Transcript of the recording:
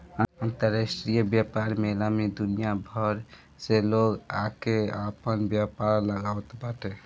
अंतरराष्ट्रीय व्यापार मेला में दुनिया भर से लोग आके आपन व्यापार लगावत बाटे